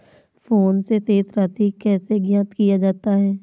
Phone से शेष राशि कैसे ज्ञात किया जाता है?